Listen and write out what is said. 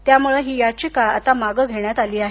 त्यामुळे ही याचिका आता मागे घेण्यात आली आहे